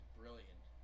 brilliant